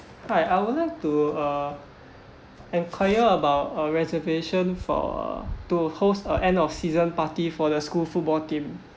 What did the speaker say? hi I would like to uh enquire about a reservation for a to host a end of season party for the school football team